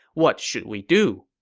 what should we do?